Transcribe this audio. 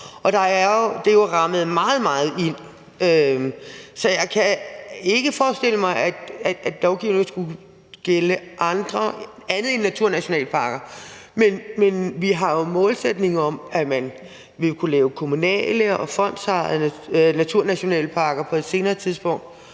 det er jo rammet meget, meget præcist ind. Så jeg kan ikke forestille mig, at lovgivningen skulle gælde for andet end naturnationalparker. Men vi har jo en målsætning om, at man skal kunne lave kommunale og fondsejede naturnationalparker på et senere tidspunkt,